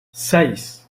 seis